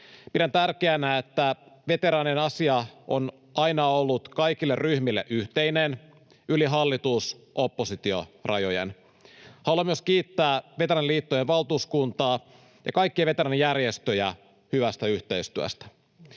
Pidän tärkeänä, että veteraanien asia on aina ollut kaikille ryhmille yhteinen yli hallitus—oppositio-rajojen. Haluan myös kiittää veteraaniliittojen valtuuskuntaa ja kaikkia veteraanijärjestöjä hyvästä yhteistyöstä.